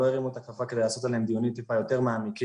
לא הרימו את הכפפה כדי לעשות עליהם דיונים טיפה יותר מעמיקים.